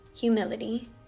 humility